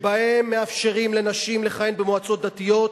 שבו מאפשרים לנשים לכהן במועצות דתיות,